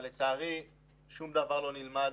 לצערי שום דבר לא נלמד.